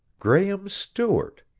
graehme stewart!